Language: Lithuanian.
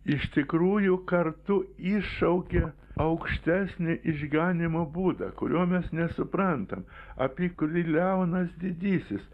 iš tikrųjų kartu iššaukia aukštesnį išganymo būdą kurio mes nesuprantam apie kurį leonas didysis